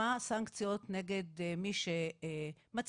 מה הן הסנקציות נגד מי שמצהיר,